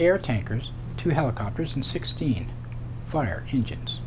air tankers two helicopters and sixteen fire engines